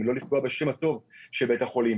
לא לפגוע בשם הטוב של בית החולים.